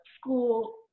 school